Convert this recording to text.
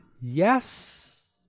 Yes